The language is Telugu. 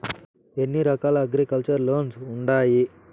ఎన్ని రకాల అగ్రికల్చర్ లోన్స్ ఉండాయి